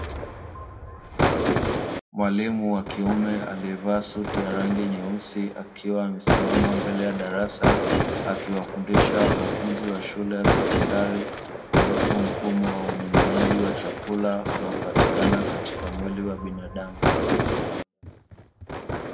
Mwalimu wakiume aliyevaa suti ya rangi nyeusi akiwa amesimama mbele ya darasa, akiwafundisha wanafunzi wa shule ya sekondari kuhusu mfumo wa umeng'enyaji wa chakula, unaopatikana katika mwili wa binadamu.